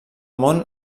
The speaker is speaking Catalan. món